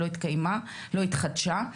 לא התחדשה,